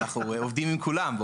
אנחנו עובדים עם כולם,